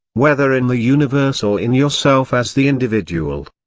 whether in the universe or in yourself as the individual.